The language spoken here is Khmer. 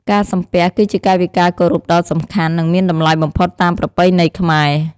ការសំពះ គឺជាកាយវិការគោរពដ៏សំខាន់ និងមានតម្លៃបំផុតតាមប្រពៃណីខ្មែរ។